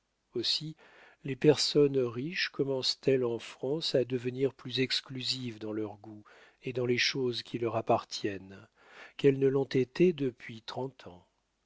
aussi les personnes riches commencent elles en france à devenir plus exclusives dans leurs goûts et dans les choses qui leur appartiennent qu'elles ne l'ont été depuis trente ans